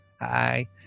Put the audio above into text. Hi